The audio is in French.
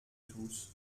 tous